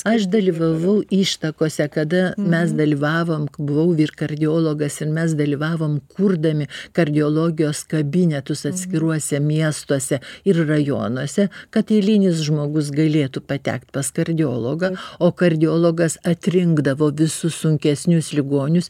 aš dalyvavau ištakose kada mes dalyvavom buvau vyr kardiologas mes dalyvavom kurdami kardiologijos kabinetus atskiruose miestuose ir rajonuose kad eilinis žmogus galėtų patekt pas kardiologą o kardiologas atrinkdavo visus sunkesnius ligonius